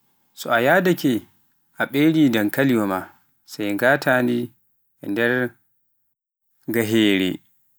So aya daake a feree dankaliiwaa ma sai ngatta nder gaheere.